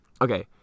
Okay